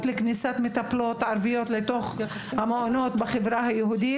לכניסת מטפלות ערביות לתוך המעונות בחברה היהודית,